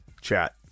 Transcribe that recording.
chat